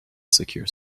secure